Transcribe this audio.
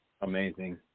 Amazing